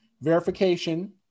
verification